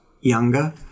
younger